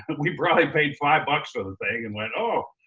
and we probably paid five bucks for the thing, and went, oh,